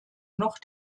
noch